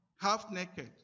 half-naked